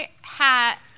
hat